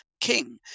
king